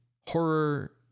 horror